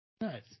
Nice